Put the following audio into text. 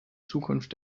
zukunft